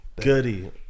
goody